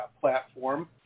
platform